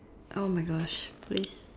!oh-my-gosh! please